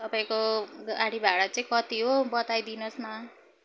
तपाईँको गाडी भाडा चाहिँ कति हो बताइदिनु होस् न